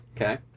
okay